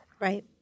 Right